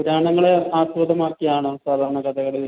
പുരാണങ്ങളെ ആസ്പദമാക്കിയാണോ സാധാരണ കഥകളി